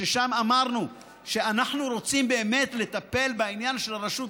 שם אמרנו שאנחנו רוצים באמת לטפל בעניין של הרשות.